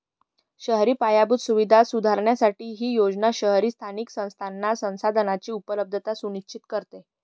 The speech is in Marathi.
शहरी पायाभूत सुविधा सुधारण्यासाठी ही योजना शहरी स्थानिक संस्थांना संसाधनांची उपलब्धता सुनिश्चित करते